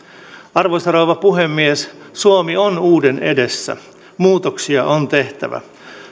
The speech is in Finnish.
arvoisa rouva puhemies suomi on uuden edessä muutoksia on tehtävä